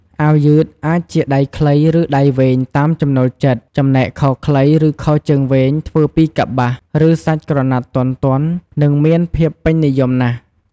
អាវយឺតអាចជាដៃខ្លី ឬដៃវែងតាមចំណូលចិត្ត ចំណែកខោខ្លី ឬខោជើងវែងធ្វើពីកប្បាស ឬសាច់ក្រណាត់ទន់ៗ គឺមានភាពពេញនិយមណាស់។